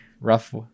Rough